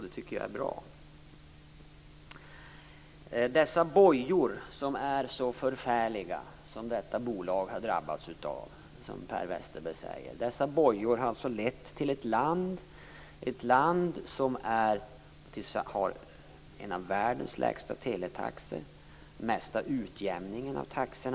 Det tycker jag är bra. Dessa förfärliga bojor som bolaget enligt Per Westerberg har drabbats av har lett fram till ett land som har en av världens lägsta teletaxor och den mesta utjämningen av taxor.